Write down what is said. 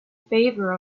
favor